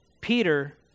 Peter